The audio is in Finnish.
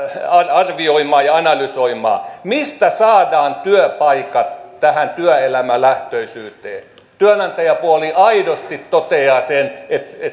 arvioimaan ja analysoimaan mistä saadaan työpaikat tähän työelämälähtöisyyteen työnantajapuoli aidosti toteaa sen että